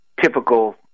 typical